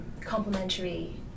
complementary